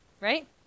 right